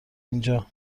اینجا